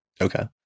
Okay